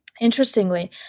interestingly